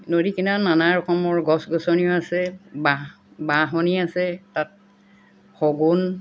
নদী কিণাৰত নানা ৰকমৰ গছ গছনিও আছে বাঁহ বাঁহনি আছে তাত শগুণ